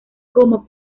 como